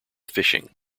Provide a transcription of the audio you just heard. fishing